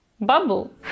bubble